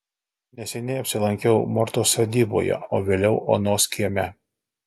neseniai apsilankiau mortos sodyboje o vėliau onos kieme